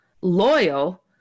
loyal